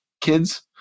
kids